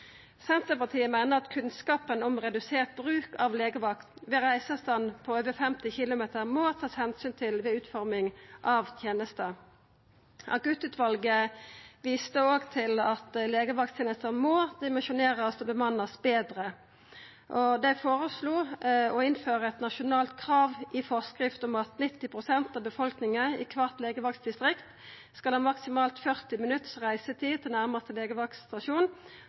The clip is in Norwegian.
Senterpartiet meiner at kunnskapen om redusert bruk av legevakta ved ein reiseavstand på over 50 km må ein ta omsyn til ved utforminga av tenesta. Akuttutvalet viste òg til at legevakttenesta må dimensjonerast og verta bemanna betre. Dei føreslo å innføra eit nasjonalt krav i forskrift om at 90 pst. av befolkninga i kvart legevaktdistrikt skal ha maksimalt 40 minutt reisetid til nærmaste